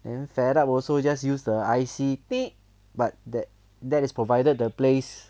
then fed up also just use the I_C but that that is provided the place